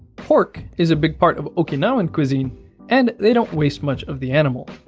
pork is a big part of okinawan cuisine and they don't waste much of the animal